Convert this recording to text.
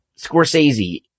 Scorsese